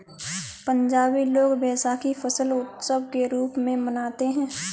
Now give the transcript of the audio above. पंजाबी लोग वैशाखी फसल उत्सव के रूप में मनाते हैं